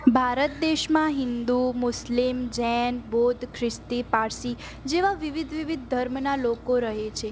ભારત દેશમાં હિન્દુ મુસ્લિમ જૈન બુદ્ધ ખ્રિસ્તી પારસી જેવા વિવિધ વિવિધ ધર્મનાં લોકો રહે છે